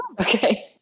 Okay